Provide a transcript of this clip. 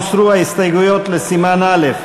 הוסרו ההסתייגויות לסימן א'.